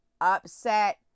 upset